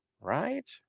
right